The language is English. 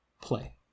play